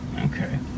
okay